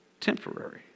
temporary